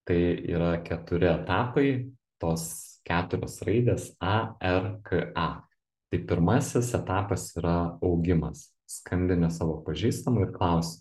tai yra keturi etapai tos keturios raidės a er k a tai pirmasis etapas yra augimas skambini savo pažįstamui ir klausi